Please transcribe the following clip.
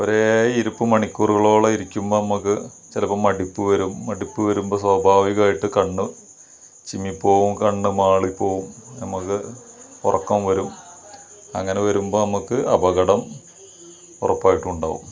ഒരേയിരിപ്പ് മണിക്കൂറുകളോളം ഇരിക്കുമ്പോൾ നമുക്ക് ചിലപ്പോൾ മടുപ്പ് വരും മടുപ്പ് വരുമ്പോൾ സ്വാഭാവികമായിട്ട് കണ്ണ് ചിമ്മിപ്പോകും കണ്ണ് മാളിപ്പോകും നമുക്ക് ഉറക്കം വരും അങ്ങനെ വരുമ്പോൾ നമുക്ക് അപകടം ഉറപ്പായിട്ടും ഉണ്ടാകും